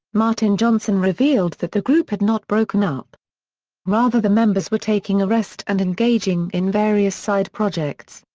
martin johnson revealed that the group had not broken up rather the members were taking a rest and engaging in various side projects.